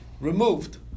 Removed